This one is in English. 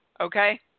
Okay